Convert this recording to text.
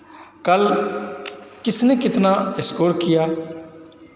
कल किसने कितना स्कोर किया